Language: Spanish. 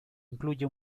incluye